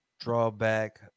drawback